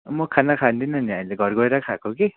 मो खाना खाँदिनँ नि अहिले घर गएर खाएको कि